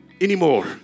anymore